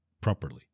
properly